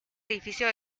edificio